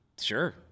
Sure